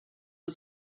was